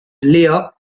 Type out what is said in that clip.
léa